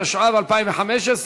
התשע"ו 2015,